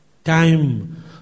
time